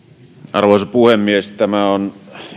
arvoisa puhemies tämä on